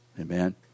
Amen